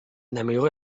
d’améliorer